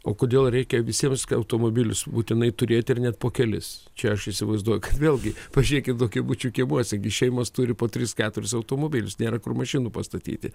o kodėl reikia visiems automobilius būtinai turėti ir net po kelis čia aš įsivaizduoju vėlgi pažiūrėkit daugiabučių kiemuose gi šeimos turi po tris keturis automobilius nėra kur mašinų pastatyti